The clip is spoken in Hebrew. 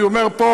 ואני אומר פה,